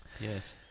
yes